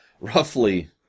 roughly